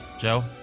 Joe